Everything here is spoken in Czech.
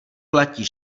platí